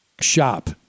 shop